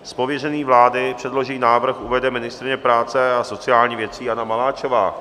Z pověření vlády předložený návrh uvede ministryně práce a sociálních věcí Jana Maláčová.